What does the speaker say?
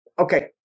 Okay